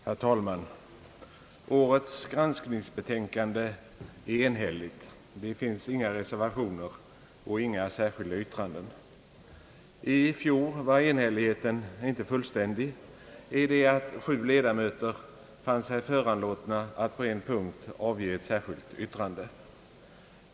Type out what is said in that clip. Herr talman! Årets granskningsbetänkande är enhälligt. Det finns inga reservationer och inga särskilda yttranden. I fjol var enhälligheten inte fullständig i det att sju ledamöter fann sig föranlåtna att på en punkt avge ett särskilt yttrande.